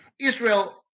Israel